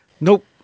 Nope